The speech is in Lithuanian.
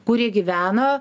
kurie gyvena